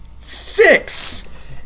Six